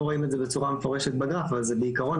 לא רואים את זה בצורה מפורשת בגרף אבל זה בעיקרון